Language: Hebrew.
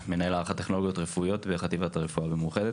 מנהל הערכת טכנולוגיות רפואיות בחטיבת הרפואה במאוחדת.